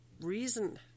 reason